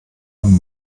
nun